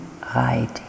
right